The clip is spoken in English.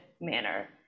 manner